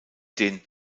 den